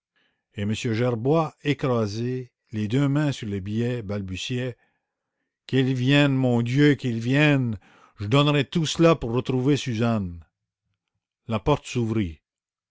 et m gerbois écrasé les deux mains sur les billets balbutiait qu'il vienne mon dieu qu'il vienne je donnerais tout cela pour retrouver suzanne la porte s'ouvrit